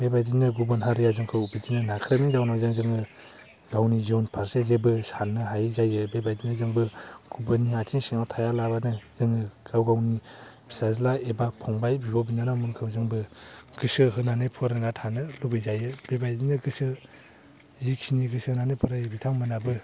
बेबायदिनो गुबुन हारिया जोंखौ बेदिनो नाख्रेबनायनि जाउनाव जों जोङो गावनि इयुन फारसे जेबो साननो हायै जायो बेबायदिनो जोंबो गुबुननि आथिं सिङाव थायालाबानो जोङो गाव गावनि फिसाज्ला एबा फंबाय बिब' बिनानावमोनखौ जोंबो गोसो होनानै फरायना थानो लुबैजायो बेबायदिनो गोसो जेखिनि गोसो होनानै फरायो बिथांमोनहाबो